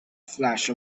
flash